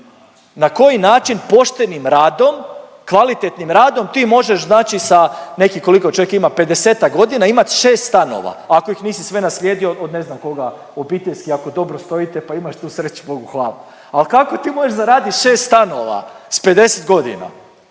Na koji način poštenim radom, kvalitetnim radom ti možeš znači sa nekih koliko čovjek ima pedesetak godina imati šest stanova, ako ih nisi sve naslijedio od ne znam koga obiteljski ako dobro stojite pa imaš tu sreću, bogu hvala. Ali kako ti možeš zaraditi šest stanova sa 50 godina?